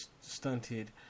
stunted